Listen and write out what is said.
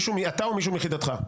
אתה או מישהו מיחידתך?